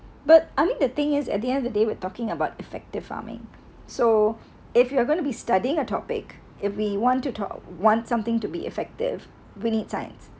but I mean the thing is at the end of the day we talking about effective farming so if you are gonna be studying a topic if we want to talk want something to be effective we need science